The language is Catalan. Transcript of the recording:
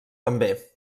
també